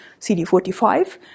CD45